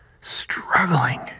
struggling